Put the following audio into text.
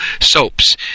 soaps